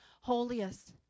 holiest